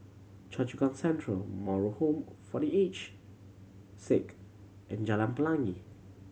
Choa Chu Kang Central Moral Home for The Aged Sick and Jalan Pelangi